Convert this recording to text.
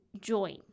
join